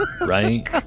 Right